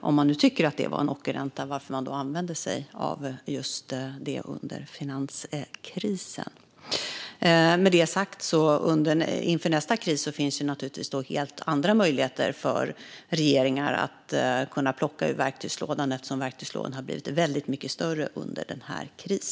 Om man nu tycker att det var en ockerränta, varför använde man sig av den under finanskrisen? Med det sagt finns det naturligtvis inför nästa kris helt andra möjligheter för regeringar att plocka ur verktygslådan eftersom den har blivit väldigt mycket större under denna kris.